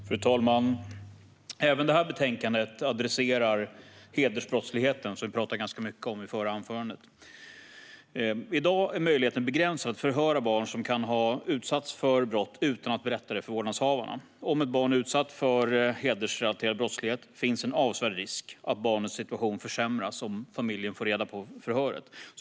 Fru talman! Även detta betänkande adresserar hedersbrottsligheten, som vi talade ganska mycket om i den förra debatten. I dag är möjligheten begränsad att förhöra barn som kan ha utsatts för brott utan att berätta det för vårdnadshavarna. Om ett barn är utsatt för hedersrelaterad brottslighet finns en avsevärd risk att barnets situation försämras om familjen får reda på förhöret.